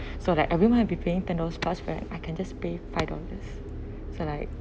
so like everyone has been paying ten dollars plus right I can just pay five dollars so like